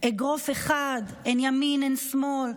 אגרוף אחד, אין ימין, אין שמאל.